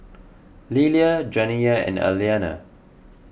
Lillia Janiya and Aliana